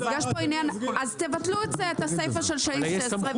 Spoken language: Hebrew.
אז תבטלו את הסיפא של סעיף 16,